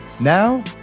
Now